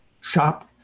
shop